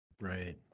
Right